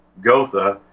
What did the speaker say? Gotha